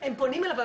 הם פונים אליו,